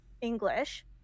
english